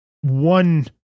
one